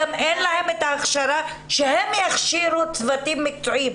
גם אין להם את ההכשרה שהם יכשירו צוותים מקצועיים.